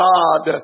God